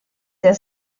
der